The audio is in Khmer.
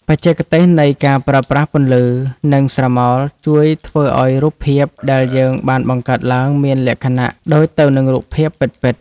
បច្ចេកទេសនៃការប្រើប្រាស់ពន្លឺនិងស្រមោលជួយធ្វើឱ្យរូបភាពដែលយើងបានបង្កើតឡើងមានលក្ខណៈដូចទៅនឹងរូបភាពពិតៗ។